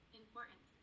important